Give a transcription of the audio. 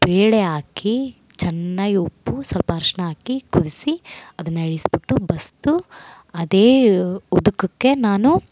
ಬೇಳೆ ಹಾಕಿ ಚೆನ್ನಾಗಿ ಉಪ್ಪು ಸ್ವಲ್ಪ ಅರ್ಶಿಣ ಹಾಕಿ ಕುದಿಸಿ ಅದನ್ನ ಇಳ್ಸಿಬಿಟ್ಟು ಬಸಿದು ಅದೇ ಉದುಕಕ್ಕೆ ನಾನು